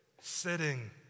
Sitting